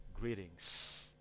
greetings